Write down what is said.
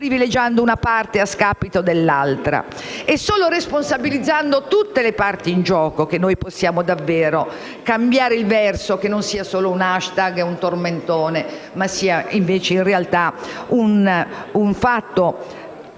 privilegiando una parte a scapito dell'altra; è solo responsabilizzando tutte le parti in gioco che possiamo davvero cambiare il verso, in modo che non sia solo un *hashtag* o un tormentone, ma sia una realtà seria